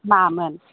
मामोन